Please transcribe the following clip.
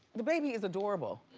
the baby is adorable.